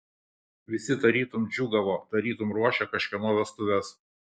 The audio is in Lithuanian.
visi tarytum džiūgavo tarytum ruošė kažkieno vestuves